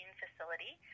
facility